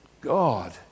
God